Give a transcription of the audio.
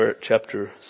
chapter